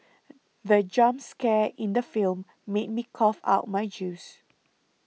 the jump scare in the film made me cough out my juice